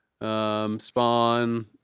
Spawn